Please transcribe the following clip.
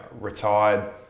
retired